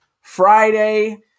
Friday